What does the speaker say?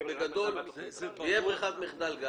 תהיה גם ברירת מחדל.